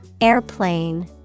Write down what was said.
Airplane